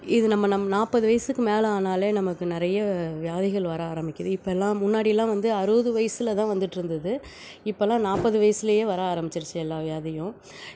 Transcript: இது நம்ம நம்ம நாற்பது வயதுக்கு மேலே ஆனாலே நமக்கு நிறைய வியாதிகள் வர ஆரம்பிக்குது இப்பெல்லாம் முன்னாடிலாம் வந்து அறுபது வயதுல தான் வந்துட்டு இருந்தது இப்பலாம் நாற்பது வயதுலயே வர ஆரம்பிச்சிருச்சு எல்லா வியாதியும்